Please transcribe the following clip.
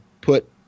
put